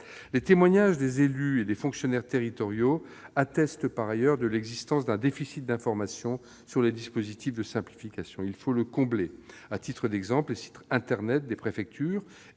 Les témoignages des élus et des fonctionnaires territoriaux attestent, par ailleurs, de l'existence d'un déficit d'information sur les dispositifs de simplification qu'il est impératif de combler. À titre d'exemple, les sites internet des préfectures